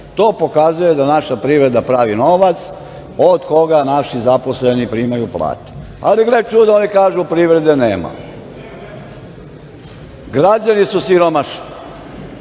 To pokazuje da naša privreda pravi novac od koga naši zaposleni primaju plate, ali gle čuda kažu da privrede nema. Građani su siromašni